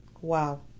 Wow